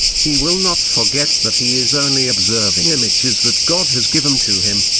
he will not forget that he is only observing images that god has given to him,